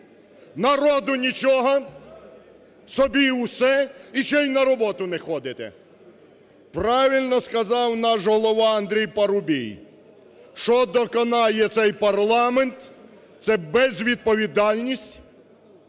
Народу – нічого, собі – усе і ще й на роботу не ходите! Правильно сказав наш Голова Андрій Парубій, що доконає цей парламент – це безвідповідальність